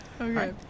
Okay